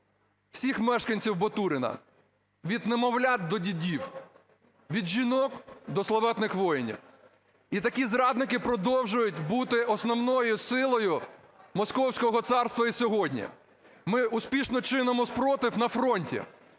всіх мешканців Батурина – від немовлят до дідів, від жінок до славетних воїнів. І такі зрадники продовжують бути основною силою Московського царства і сьогодні. Ми успішно чинимо спротив на фронті.